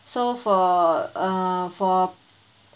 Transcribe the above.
so for uh for